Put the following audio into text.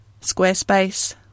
squarespace